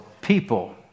people